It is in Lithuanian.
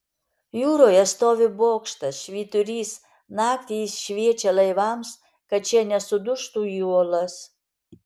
jūroje stovi bokštas švyturys naktį jis šviečia laivams kad šie nesudužtų į uolas